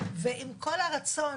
ועם כל הרצון,